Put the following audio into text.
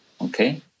okay